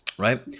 right